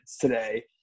today